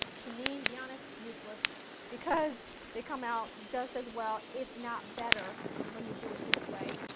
to me, to be honest, it's useless because they come out just as well, if not better when you do it this way,